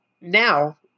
now